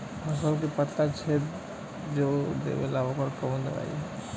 फसल के पत्ता छेद जो देवेला ओकर कवन दवाई ह?